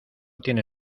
tiene